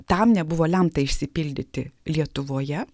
tam nebuvo lemta išsipildyti lietuvoje